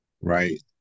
right